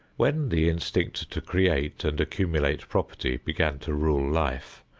when the instinct to create and accumulate property began to rule life,